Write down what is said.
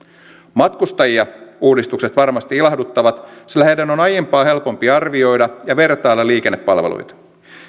matkustajia uudistukset varmasti ilahduttavat sillä heidän on aiempaa helpompi arvioida ja vertailla liikennepalveluita